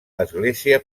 església